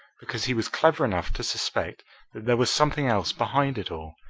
because he was clever enough to suspect that there was something else behind it all,